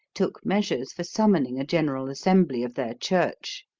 took measures for summoning a general assembly of their church.